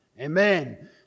Amen